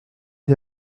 est